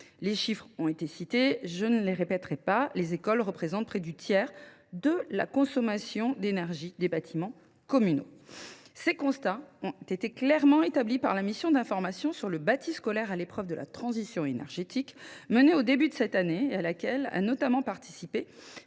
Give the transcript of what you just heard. Les chiffres ont été cités, je ne les répéterai pas : les écoles représentent près du tiers de la consommation d’énergie des bâtiments communaux. Ces constats ont été clairement établis par la mission d’information sur le bâti scolaire à l’épreuve de la transition écologique menée au début de cette année, mission à laquelle a notamment participé